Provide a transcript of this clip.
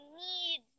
need